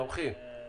תומכים.